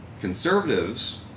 Conservatives